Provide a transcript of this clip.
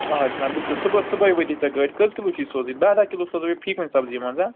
آ جِناب بلکُل صبحس صبحٲے وٲتی ژےٚ گاڑۍ کٔژ کِلوٗ چھِی سوزٕنۍ دَہ دَہ کِلوٗ سوزے بہٕ فی کُنہِ سبزی منٛز اَ